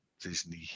Disney